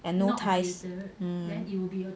and no ties um